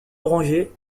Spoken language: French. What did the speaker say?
orangé